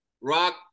Rock